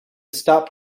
stop